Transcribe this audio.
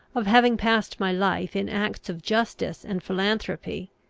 of having passed my life in acts of justice and philanthropy,